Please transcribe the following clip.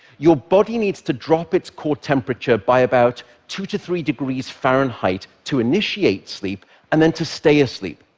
your body needs to drop its core temperature by about two to three degrees fahrenheit to initiate sleep and then to stay asleep,